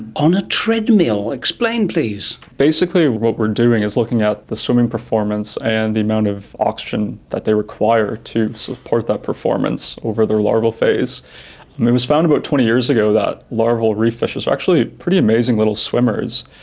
on a treadmill. explain please. basically what we are doing is looking at the swimming performance and the amount of oxygen that they require to support that performance over their larval phase. it was found about twenty years ago that larval reef fishes are actually pretty amazing little swimmers.